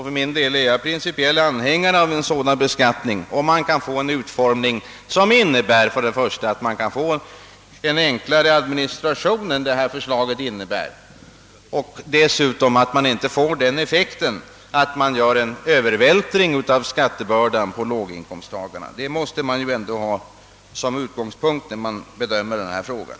För min del är jag principiellt anhängare av en sådan beskattning, om den får en utformning som för det första innebär en enklare administration och för det andra inte övervältrar skattebördan på låginkomsttagare. De två sakerna måste man ha som utgångspunkt när man bedömer frågan.